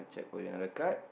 go another card